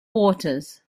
waters